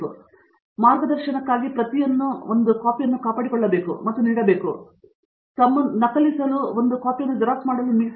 Satyanarayana N Gummadi ಅವರು ಮಾರ್ಗದರ್ಶನಕ್ಕಾಗಿ ಪ್ರತಿಯನ್ನು ಕಾಪಾಡಿಕೊಳ್ಳಬೇಕು ಮತ್ತು ನೀಡಬೇಕು ಮತ್ತು ತಮ್ಮನ್ನು ತಾವು ನಕಲಿಸಲು ಮೀಸಲು ಇರಿಸಬೇಕು